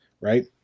right